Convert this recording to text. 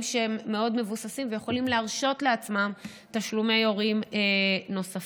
שהם מאוד מבוססים ויכולים להרשות לעצמם תשלומי הורים נוספים.